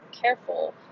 careful